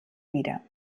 wieder